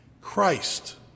christ